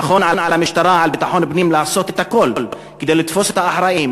נכון שעל המשטרה ועל ביטחון הפנים לעשות את הכול כדי לתפוס את האחראים,